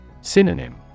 Synonym